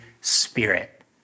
Spirit